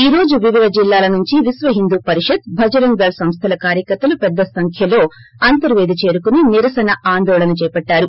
ఈ రోజు వివీధ జిల్లాల నుంచి విశ్వ హిందూ పరిషత్ భజరంగ దళ్ సంస్థల కార్యకర్తలు పెద్ద సంఖ్యలో అంతర్వేది చేరుకుని నిరసన ఆందోళన చేపట్టారు